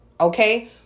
Okay